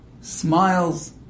smiles